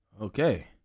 Okay